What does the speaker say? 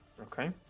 Okay